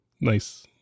Nice